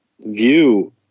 view